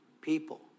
people